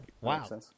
Wow